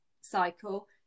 cycle